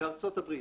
בארצות הברית,